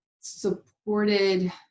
supported